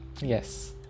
yes